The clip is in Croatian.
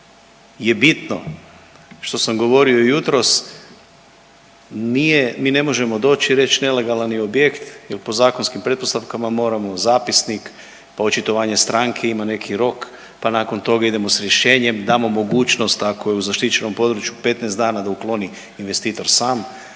je bitno, što sam govorio i jutros nije, mi ne možemo doći i reći nelegalan je objekt jer po zakonskim pretpostavkama moramo zapisnik, pa očitovanje stranki ima neki rok, pa nakon toga idemo sa rješenjem, damo mogućnost ako je u zaštićenom području 15 dana da ukloni investitor sam.